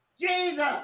Jesus